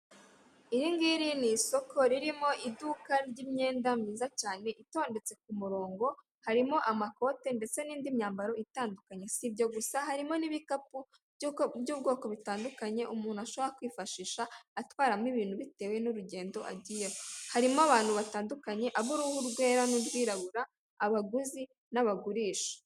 Iri ngiri ni isoko ririmo iduka ry'imyenda myiza cyane itondetse ku murongo harimo amakote ndetse n'indi myambaro itandukanye sibyo gusa harimo n'ibikapu by'ubwoko butandukanye umuntu ashobora kwifashisha atwaramo ibintu bitewe n'urugendo agiyemo harimo abantu batandukanye ab'uruhu rwera n'urw'irabura, abaguzi n'abagurisha.